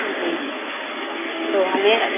जी तो हमें